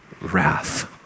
wrath